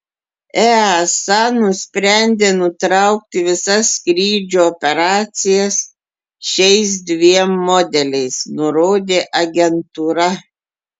easa nusprendė nutraukti visas skrydžių operacijas šiais dviem modeliais nurodė agentūra